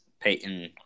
Peyton